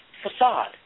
Facade